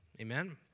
Amen